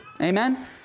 Amen